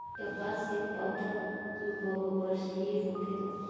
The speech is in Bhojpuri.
कपास के पौधा बहुवर्षीय होखेला